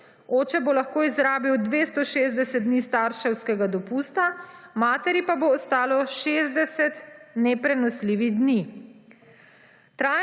Oče bo lahko izrabil 260 dni starševskega dopusta materi pa bo ostalo 60 neprenosljivih dni.